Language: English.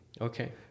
Okay